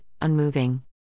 unmoving